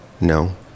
No